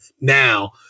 now